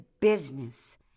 business